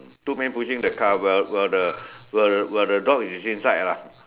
two man pushing the car while while the while the while the dog is inside lah